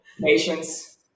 Patience